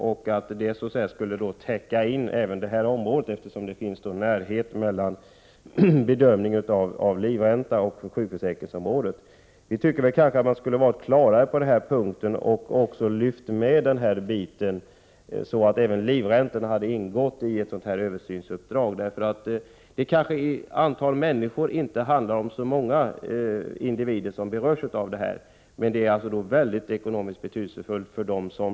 Denna skulle så att säga täcka in även detta område, menar man, eftersom det finns en närhet mellan livränteprövningen och reglerna för sjukpenninggrundande inkomst. Vi tycker att man borde ha varit klarare på denna punkt och också tagit med livräntorna i ett översynsarbete. Det kanske inte är så många individer som berörs av detta, men för dem som gör det har det stor ekonomisk betydelse.